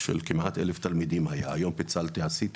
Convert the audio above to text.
פעם למדו בו כ-1,000 תלמידים וכיום הוא מפוצל.